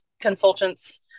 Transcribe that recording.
consultants